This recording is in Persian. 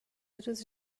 روز